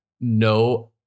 no